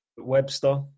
Webster